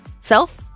Self